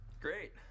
great